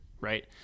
right